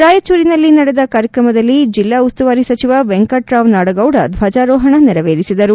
ರಾಯಜೂರಿನಲ್ಲಿ ನಡೆದ ಕಾರ್ಯಕ್ರಮದಲ್ಲಿ ಜಿಲ್ಲಾ ಉಸ್ತುವಾರಿ ಸಚಿವ ವೆಂಕಟರಾವ್ ನಾಡಗೌಡ ರ್ವಜಾರೋಪಣ ನೆರವೇರಿಸಿದರು